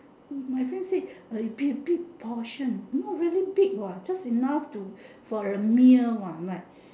but friend say it'd be a big portion not really big what just enough to for a meal what like